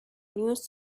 news